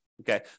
okay